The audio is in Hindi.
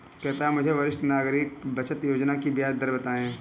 कृपया मुझे वरिष्ठ नागरिक बचत योजना की ब्याज दर बताएं